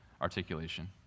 articulation